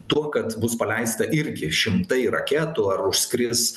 tuo kad bus paleista irgi šimtai raketų ar užskris